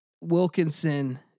Wilkinson